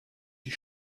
die